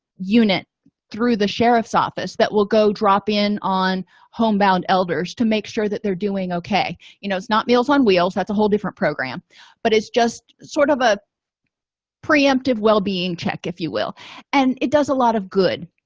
unit through the sheriff's office that will go drop in on homebound elders to make sure that they're doing okay you know it's not meals on wheels that's a whole different program but it's just sort of a pre-emptive well-being check if you will and it does a lot of good